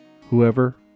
whoever